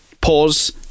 pause